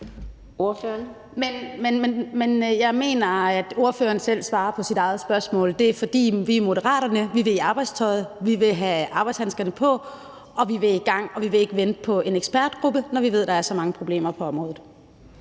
Eriksen (M): Jeg mener, at ordføreren selv svarer på sit eget spørgsmål. Det er, fordi vi i Moderaterne vil i arbejdstøjet. Vi vil have arbejdshandskerne på, og vi vil i gang. Vi vil ikke vente på en ekspertgruppe, når vi ved, at der er så mange problemer på området.